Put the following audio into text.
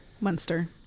munster